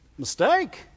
mistake